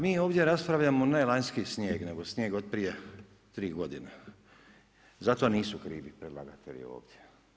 Mi ovdje raspravljamo, ne lanjski snijeg, nego snijeg od prije 3 g. Za to nisu krivi predlagatelji ovdje.